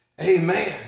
Amen